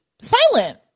silent